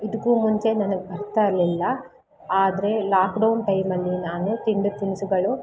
ಇದಕ್ಕೂ ಮುಂಚೆ ನನಗೆ ಬರ್ತಾ ಇರಲಿಲ್ಲ ಆದರೆ ಲಾಕ್ಡೌನ್ ಟೈಮಲ್ಲಿ ನಾನೇ ತಿಂಡಿ ತಿನಿಸುಗಳು